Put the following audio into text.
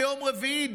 ביום רביעי,